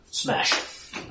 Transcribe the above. Smash